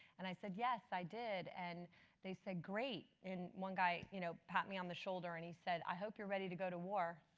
and i said, yes, i did, and they said, great. and one guy you know pat me on the shoulder and he said, i hope you're ready to go to war,